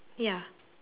ya